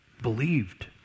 believed